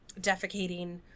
defecating